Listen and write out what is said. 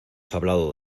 hablado